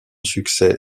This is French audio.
succès